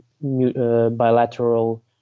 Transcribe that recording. bilateral